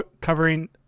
covering